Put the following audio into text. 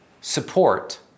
support